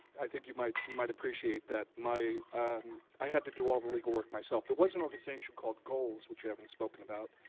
i think you might you might appreciate that um i had to do all the legal work myself. there was an organization called goals which you haven't spoken about.